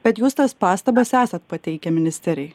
bet jūs tas pastabas esat pateikę ministerijai